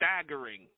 staggering